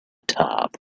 top